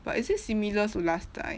but is it similar to last time